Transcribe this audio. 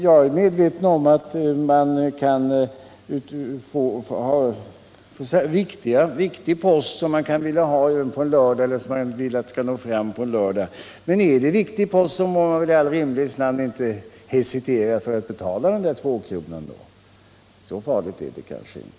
Jag är medveten om att man kan ha viktig post, som man kan vilja ha även på en lördag. Men då får man i all rimlighets namn inte hesitera att betala 2 kronan — så farligt är det kanske inte.